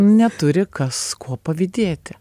neturi kas ko pavydėti